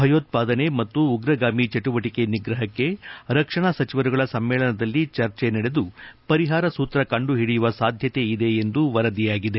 ಭಯೋತ್ಸಾದನೆ ಮತ್ತು ಉಗ್ರಗಾಮಿ ಚಟುವಟಿಕೆ ನಿಗ್ರಹಕ್ಕೆ ರಕ್ಷಣಾ ಸಚಿವರುಗಳ ಸಮ್ಮೇಳನದಲ್ಲಿ ಚರ್ಚೆ ನಡೆದು ಪರಿಹಾರ ಸೂತ್ರ ಕಂಡುಹಿಡಿಯುವ ಸಾಧ್ಯತೆ ಇದೆ ಎಂದು ವರದಿಯಾಗಿದೆ